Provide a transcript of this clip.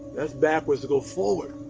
that's backwards to go forward.